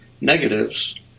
negatives